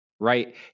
right